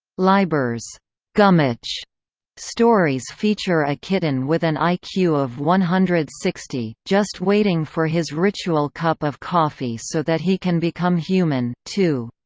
leiber's gummitch stories feature a kitten with an i q. of one hundred and sixty, just waiting for his ritual cup of coffee so that he can become human, too.